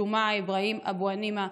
ג'ומעה אבראהים אבו גנימה,